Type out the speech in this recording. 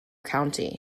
county